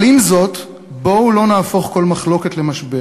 אבל עם זאת, בואו לא נהפוך כל מחלוקת למשבר,